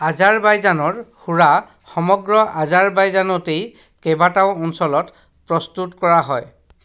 আজাৰবাইজানৰ সুৰা সমগ্ৰ আজাৰবাইজানতেই কেইবাটাও অঞ্চলত প্ৰস্তুত কৰা হয়